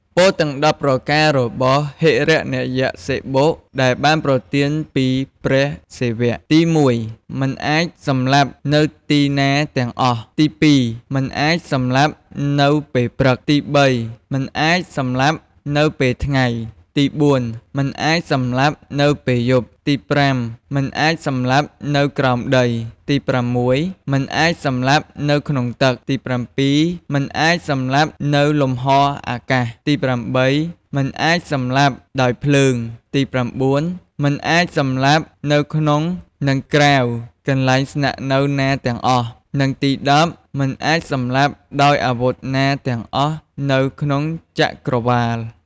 ពរទាំង១០ប្រការរបស់ ហិរណយក្សសិបុ ដែលបានប្រទានពីព្រះសិវៈ ទី១.មិនអាចសម្លាប់នៅទីណាទាំងអស់ ទី២.មិនអាចសម្លាប់នៅពេលព្រឹក ទី៣.មិនអាចសម្លាប់នៅពេលថ្ងៃ ទី៤.មិនអាចសម្លាប់នៅពេលយប់ ទី៥.មិនអាចសម្លាប់នៅក្រោមដី ទី៦.មិនអាចសម្លាប់នៅក្នុងទឹក ទី៧.មិនអាចសម្លាប់នៅលំហអាកាស ទី៨.មិនអាចសម្លាប់ដោយភ្លើង ទី៩.មិនអាចសម្លាប់នៅក្នុងនិងក្រៅ កន្លែងស្នាក់នៅណាទាំងអស់ និងទី១០.មិនអាចសម្លាប់ដោយអាវុធណាទាំងអស់នៅក្នុងចក្រវាឡ។